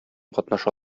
катнаша